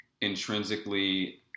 intrinsically